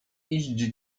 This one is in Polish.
iść